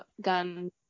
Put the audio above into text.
gun